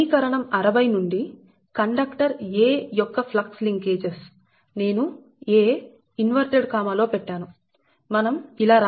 సమీకరణం 60 నుండి conductor 'a' యొక్క ఫ్లక్స్ లింకేజెస్ నేను 'a' ఇన్వర్టెడ్ కామా లో పెట్టాను మనం ఇలా రాయవచ్చు ʎa 0